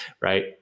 right